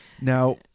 now